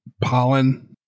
pollen